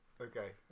Okay